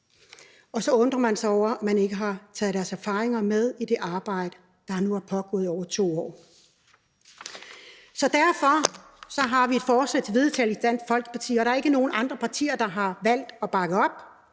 Og så undrer man sig over, at man ikke har taget deres erfaringer med i det arbejde, der nu har pågået i over 2 år. Så derfor har vi i Dansk Folkeparti et forslag til vedtagelse, som ingen andre partier har valgt at bakke op